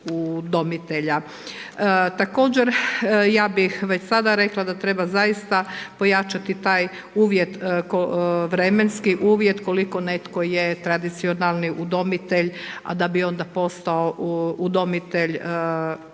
udomitelja. Također, ja bih već sada rekla da treba zaista pojačati taj uvjet, vremenski uvjet koliko netko je tradicionalni udomitelj, a da bi onda postao udomitelj